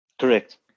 Correct